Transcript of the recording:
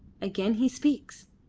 again he speaks!